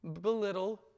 belittle